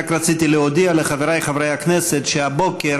רק רציתי להודיע לחבריי חברי הכנסת שהבוקר